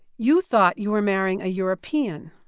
you thought you were marrying a european.